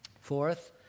Fourth